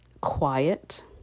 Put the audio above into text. quiet